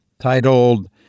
titled